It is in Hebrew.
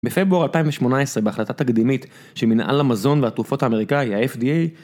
בפברואר 2018 בהחלטה תקדימית שמינהל המזון והתרופות האמריקאי - ה-FDA